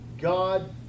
God